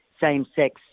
same-sex